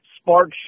spark